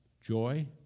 joy